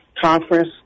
Conference